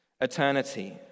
eternity